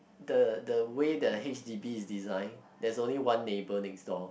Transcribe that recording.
the the way the h_d_b is design there's only one neighbour next door